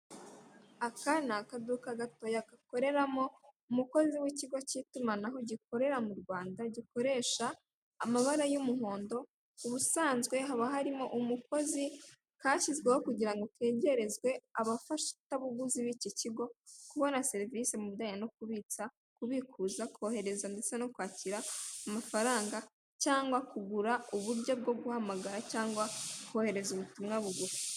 Aka ni akaduka gatoya gakoreramo umukozi w'ikigo cy'itumanaho gikorara m'U rwanda gikoresha amabara y'umuhondo ubusanzwe haba harimo umukozi kashyizweho kugirango kegerezwe abafatabuguzi biki kigo kubona serivise mubijyanye no kubitsa kubikuza kohereza ndetse no kwakira amafaranga cyangwa kugura uburyo bwo guhamagara cyangwa kohereza ubutumwa bugufi.